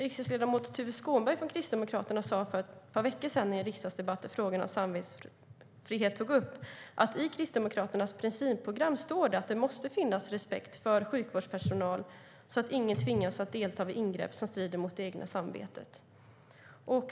Riksdagsledamoten Tuve Skånberg från Kristdemokraterna sade för ett par veckor sedan i en riksdagsdebatt där frågan om samvetsfrihet togs upp att det i Kristdemokraternas principprogram står att det måste finnas respekt för sjukvårdspersonal, så att ingen tvingas delta i ingrepp som strider mot det egna samvetet.